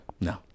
No